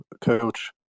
coach